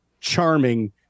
charming